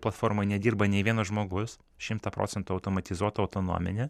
platformoj nedirba nei vienas žmogus šimtą procentų automatizuota autonominė